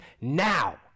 now